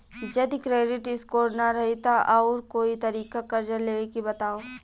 जदि credit score ना रही त आऊर कोई तरीका कर्जा लेवे के बताव?